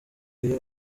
iyo